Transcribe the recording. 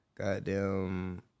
goddamn